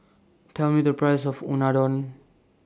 Tell Me The Price of Unadon